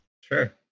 Sure